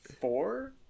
four